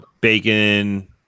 bacon